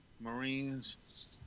Marines